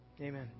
Amen